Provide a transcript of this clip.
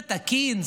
זה תקין?